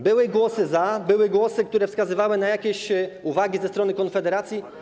Były głosy za, były głosy, które wskazywały na jakieś uwagi ze strony Konfederacji.